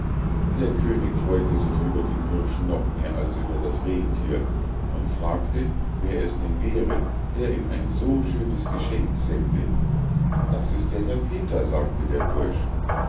der könig freu'te sich über den hirsch noch mehr als über das rennthier und fragte wer es denn wäre der ihm ein so schönes geschenk sende das ist der herr peter sagte der bursch